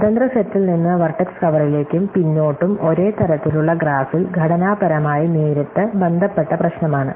സ്വതന്ത്ര സെറ്റിൽ നിന്ന് വെർട്ടെക്സ് കവറിലേക്കും പിന്നോട്ടും ഒരേ തരത്തിലുള്ള ഗ്രാഫിൽ ഘടനാപരമായി നേരിട്ട് ബന്ധപ്പെട്ട പ്രശ്നമാണ്